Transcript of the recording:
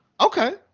Okay